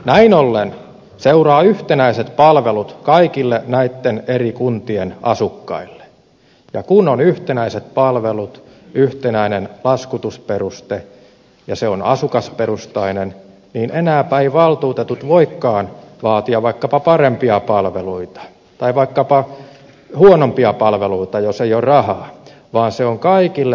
näin ollen seuraa yhtenäiset palvelut kaikille näiden eri kuntien asukkaille ja kun on yhtenäiset palvelut yhtenäinen laskutusperuste ja se on asukasperustainen niin enääpä valtuutetut eivät voikaan vaatia vaikkapa parempia palveluita tai vaikkapa huonompia palveluita jos ei ole rahaa vaan se on kaikille sama